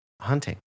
Hunting